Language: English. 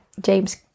James